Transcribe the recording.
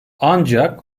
ancak